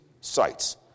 sites